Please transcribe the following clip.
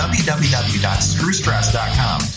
www.screwstress.com